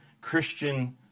Christian